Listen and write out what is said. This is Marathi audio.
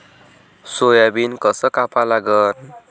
सोयाबीन कस कापा लागन?